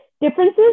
differences